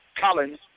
Collins